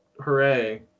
Hooray